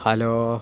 hello